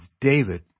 David